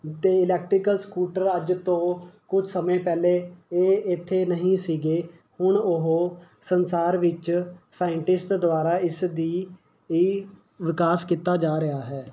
ਅਤੇ electrical scooter ਅੱਜ ਤੋਂ ਕੁਛ ਸਮੇਂ ਪਹਿਲੇ ਇਹ ਇੱਥੇ ਨਹੀਂ ਸੀਗੇ ਹੁਣ ਉਹ ਸੰਸਾਰ ਵਿੱਚ ਸਾਇੰਟਿਸਟ ਦੁਆਰਾ ਇਸ ਦਾ ਵਿਕਾਸ ਕੀਤਾ ਜਾ ਰਿਹਾ ਹੈ